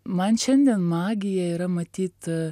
man šiandien magija yra matyt